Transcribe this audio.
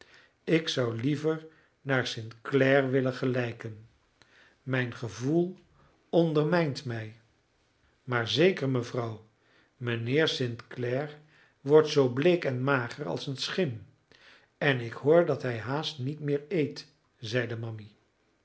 ik zou liever naar st clare willen gelijken mijn gevoel ondermijnt mij maar zeker mevrouw mijnheer st clare wordt zoo bleek en mager als een schim en ik hoor dat hij haast niet meer eet zeide mammy